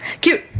cute